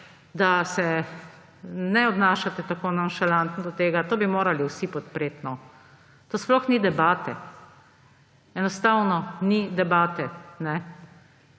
da se ne obnašate tako nonšalantno do tega. To bi morali vsi podpreti. Tu sploh ni debate. Enostavno ni debate!